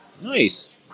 Nice